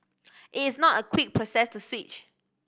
it is not a quick process to switch